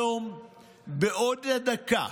היום בעוד דקה